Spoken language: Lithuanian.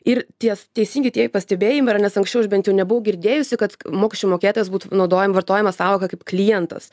ir ties teisingi tie pastebėjimai yra nes anksčiau aš bent jau nebuvau girdėjusi kad mokesčių mokėtojas būtų naudojama vartojama sąvoka kaip klientas